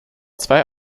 zwei